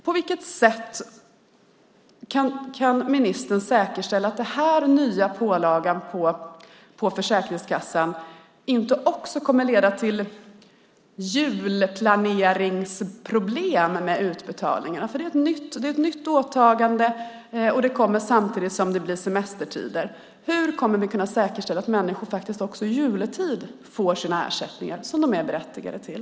På vilket sätt kan ministern säkerställa att den här nya pålagan på Försäkringskassan inte också kommer att leda till julplaneringsproblem med utbetalningarna, för det är ett nytt åtagande och det kommer samtidigt som det blir semestertider. Hur kommer vi att kunna säkerställa att människor också i juletid får de ersättningar som de är berättigade till?